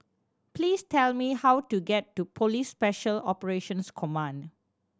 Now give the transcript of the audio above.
please tell me how to get to Police Special Operations Command